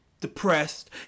depressed